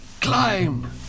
Climb